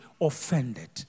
offended